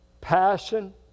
passion